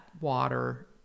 water